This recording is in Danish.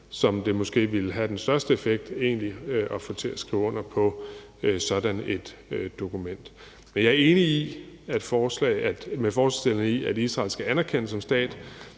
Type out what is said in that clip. som det måske egentlig ville have den største effekt at få til at skrive under på sådan et dokument. Jeg er enig med forslagsstillerne i, at Israel skal anerkendes som stat,